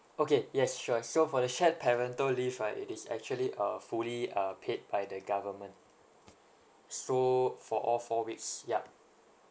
okay yes sure so for the shared parental leave right it is actually uh fully uh paid by the government so for all four weeks yup